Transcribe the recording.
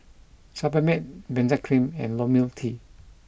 Sebamed Benzac cream and Ionil T